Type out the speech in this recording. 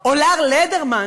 או אולר "לדרמן",